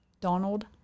Donald